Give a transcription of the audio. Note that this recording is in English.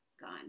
gone